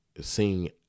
seeing